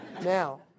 Now